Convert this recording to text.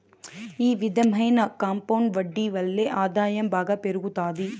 ఈ విధమైన కాంపౌండ్ వడ్డీ వల్లే ఆదాయం బాగా పెరుగుతాది